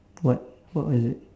what what was it